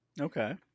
Okay